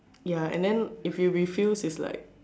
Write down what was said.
ya and then if you refuse it's like